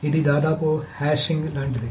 ఇది దాదాపు హాషింగ్ లాంటిది